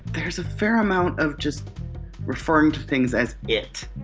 there's a fair amount of just referring to things as! it.